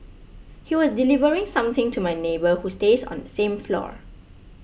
he was delivering something to my neighbour who stays on the same floor